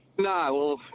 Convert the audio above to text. No